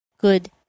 good